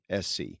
SC